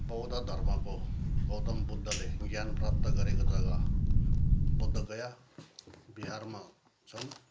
बौद्ध धर्मको गौतम बुद्धले ज्ञान प्राप्त गरेको जग्गा बुद्धगया बिहारमा छ